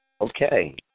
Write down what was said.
Okay